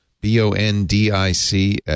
B-O-N-D-I-C